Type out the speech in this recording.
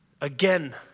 Again